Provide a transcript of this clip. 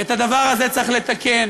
ואת הדבר הזה צריך לתקן.